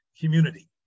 community